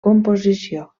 composició